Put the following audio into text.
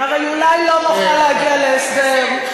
הרי אולי לא נוכל להגיע להסדר,